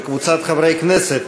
וקבוצת חברי הכנסת,